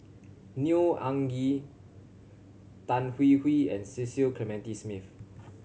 Neo Anngee Tan Hwee Hwee and Cecil Clementi Smith